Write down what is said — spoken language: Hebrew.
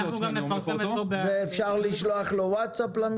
אפשר לשלוח בו וואטסאפ?